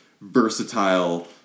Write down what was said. versatile